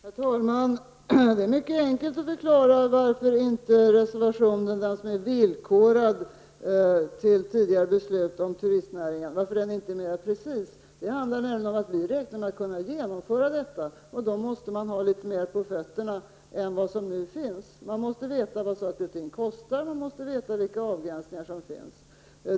Herr talman! Det är mycket enkelt att förklara varför inte reservationen, som är villkorad till tidigare beslut om turistnäringen, är mera precis. Vi räknar nämligen med att kunna genomföra det här, och då måste man ha litet mera på fötterna. Man måste veta vad saker och ting kostar, och man måste känna till vilka avgränsningar som finns.